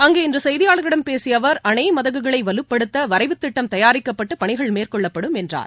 அங்கு இன்று செய்தியாளர்களிடம் பேசிய அவர் அணை மதகுகளை வலுப்படுத்த வரைவுத் திட்டம் தயாரிக்கப்பட்டு பணிகள் மேற்கொள்ளப்படும் என்றார்